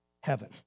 heaven